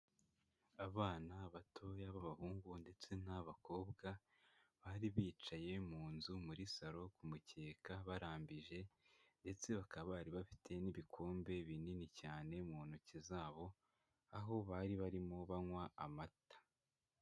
Abana batoya b'abahungu ndetse n'abakobwa, bari bicaye mu nzu muri salon kumukeka barambije ndetse bakaba bari bafite n'ibikombe binini cyane mu ntoki zabo, aho bari barimo banywa amata.